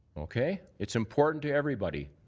okay? it's important to everybody.